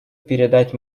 передать